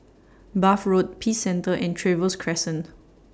Bath Road Peace Centre and Trevose Crescent